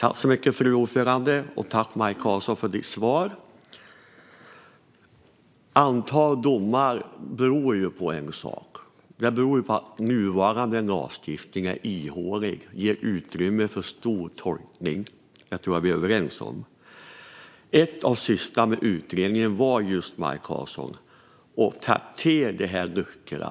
Fru talman! Jag tackar Maj Karlsson för svaret. Antalet domar beror på att nuvarande lagstiftning är ihålig och ger stort utrymme för olika tolkningsmöjligheter. Det tror jag att vi är överens om. Ett av syftena med utredningen, Maj Karlsson, var just att täppa till de här luckorna.